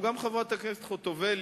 לא כמו שהגדירה חברת הכנסת חוטובלי?